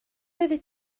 oeddet